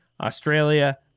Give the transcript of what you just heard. Australia